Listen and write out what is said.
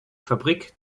fabrik